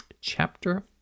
chapter